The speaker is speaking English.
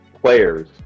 players